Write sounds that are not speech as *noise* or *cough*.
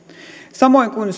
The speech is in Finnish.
samoin kuin *unintelligible*